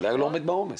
אולי היא לא עומדת בעומס.